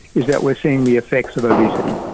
is that we are seeing the effects of obesity.